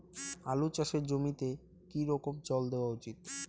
আলু চাষের জমিতে কি রকম জল দেওয়া উচিৎ?